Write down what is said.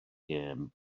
gêm